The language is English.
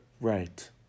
Right